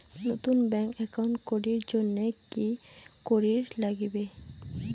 নতুন bank account করির জন্যে কি করিব নাগিবে?